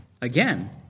Again